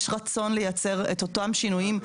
יש רצון לייצר את אותם שינויים.